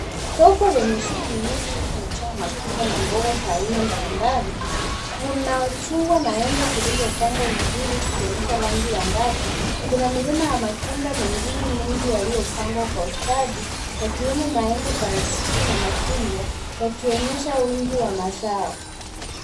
Soko lenye shuguli nyingi lililojaa matunda na mboga za aina mbalimbali, kuna chungwa na embe zilizopangwa vizuri zikionyesha rangi angavu. Kuna milima ya matunda mengine mengi yaliyopangwa kwa ustadi yakiwemo maembe, parachichi na machungwa yakionyesha wingi wa mazao.